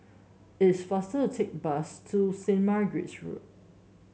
it's faster to take the bus to Saint Margaret's Road